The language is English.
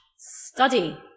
study